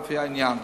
לפי העניין.